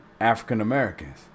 african-americans